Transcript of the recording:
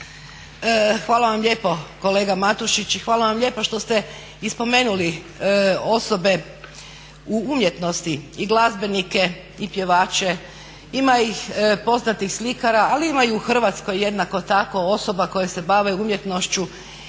Hvala vam lijepa kolega Matušić i hvala vam lijepa što ste i spomenuli osobe u umjetnosti i glazbenike i pjevačke. Ima ih poznatih slikara, ali ima i u Hrvatskoj jednako tako osoba koje se bave umjetnošću,